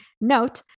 note